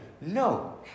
No